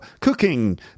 cooking